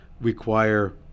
require